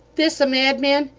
this a madman!